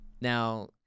Now